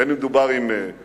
בין אם דובר עם מצרים,